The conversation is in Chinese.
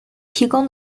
提供